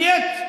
נייט,